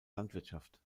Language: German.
landwirtschaft